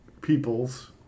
peoples